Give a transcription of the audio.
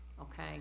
okay